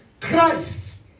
Christ